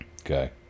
Okay